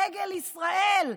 דגל ישראל,